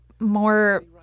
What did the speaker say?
more